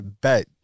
bet